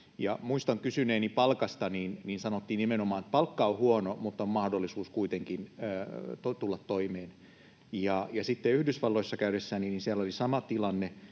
Muistan kysyneeni palkasta, ja nimenomaan sanottiin, että palkka on huono mutta on mahdollisuus kuitenkin tulla toimeen. Ja sitten Yhdysvalloissa käydessäni oli sama tilanne.